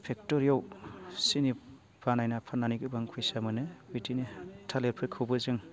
फेक्ट'रियाव सिनि बानायना फाननानै गोबां फैसा मोनो बिदिनो थालिरफोरखौबो जों